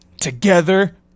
Together